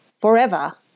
forever